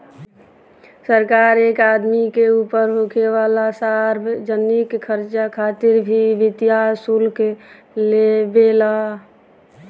सरकार एक आदमी के ऊपर होखे वाला सार्वजनिक खर्चा खातिर भी वित्तीय शुल्क लेवे ला